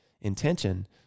intention